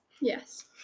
Yes